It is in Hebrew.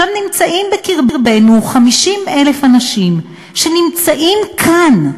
עכשיו נמצאים בקרבנו 50,000 אנשים שנמצאים כאן,